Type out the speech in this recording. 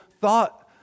thought